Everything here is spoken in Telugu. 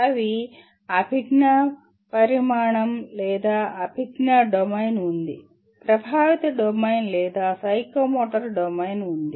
అవి అభిజ్ఞా పరిమాణం లేదా అభిజ్ఞా డొమైన్ ఉంది ప్రభావిత డొమైన్ లేదా సైకోమోటర్ డొమైన్ ఉంది